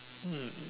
hmm